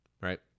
Right